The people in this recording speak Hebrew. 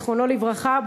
זיכרונו לברכה,